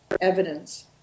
evidence